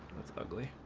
ugly,